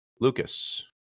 Lucas